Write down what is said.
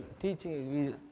teaching